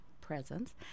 presence